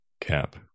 Cap